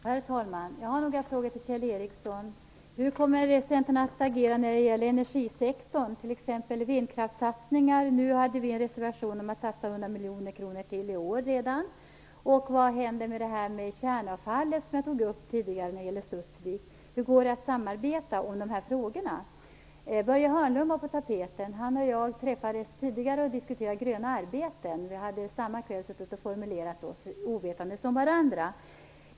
Herr talman! Jag har några frågor till Kjell Ericsson. Hur kommer Centern att agera när det gäller energisektorn, t.ex. vindkraftssatsningar? Vi har en reservation om att satsa 100 miljoner kronor till redan i år. Vad händer med kärnavfallet när det gäller Studsvik, som jag tog upp tidigare? Går det att samarbeta om dessa frågor? Börje Hörnlund var på tapeten. Han och jag träffades tidigare och diskuterade gröna arbeten. Vi hade samma kväll suttit och formulerat oss, ovetandes om varandra.